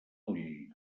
ull